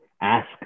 ask